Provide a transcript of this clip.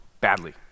badly